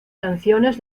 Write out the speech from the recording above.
canciones